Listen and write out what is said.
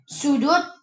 sudut